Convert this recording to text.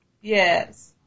Yes